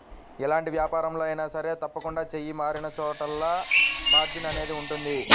ఎలాంటి వ్యాపారంలో అయినా సరే తప్పకుండా చెయ్యి మారినచోటల్లా మార్జిన్ అనేది ఉంటది